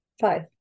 Five